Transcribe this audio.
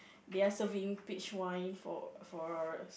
they're serving peach wine for for